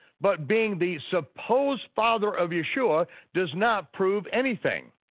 but being the supposed father of yeshua does not prove anything.